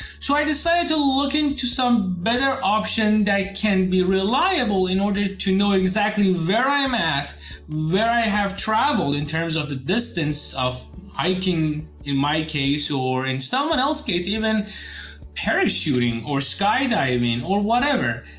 so i decided to look into some better option that can be reliable in order to know exactly where i'm at, where i have traveled in terms of the distance of hiking in my case or in someone else's case, even parachuting, or skydiving or whatever,